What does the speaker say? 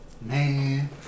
Man